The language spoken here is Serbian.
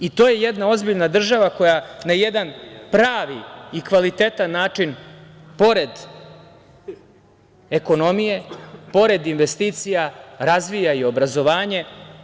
I to je jedna ozbiljna država koja na jedan pravi i kvalitetan način, pored ekonomije, pored investicija, razvija i obrazovanje.